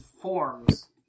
forms